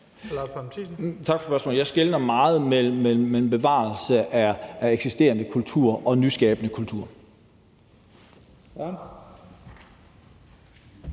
Tak for spørgsmålet. Jeg skelner meget skarpt mellem bevarelse af eksisterende kultur og nyskabende kultur.